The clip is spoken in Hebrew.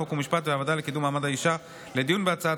חוק ומשפט והוועדה לקידום מעמד האישה לדיון בהצעת